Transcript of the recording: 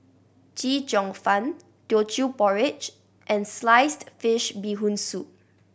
Chee Cheong Fun Teochew Porridge and sliced fish Bee Hoon Soup